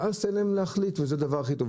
ואז תן להם להחליט וזה דבר הכי טוב,